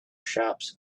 shops